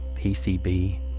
PCB